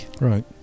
right